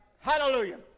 Hallelujah